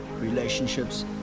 relationships